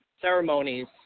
ceremonies